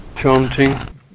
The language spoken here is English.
chanting